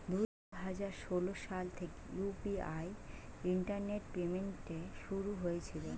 দুই হাজার ষোলো সাল থেকে ইউ.পি.আই ইন্টারনেট পেমেন্ট শুরু হয়েছিল